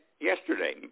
yesterday